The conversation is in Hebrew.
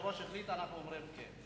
היושב-ראש החליט, אנחנו אומרים כן.